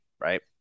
right